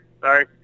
Sorry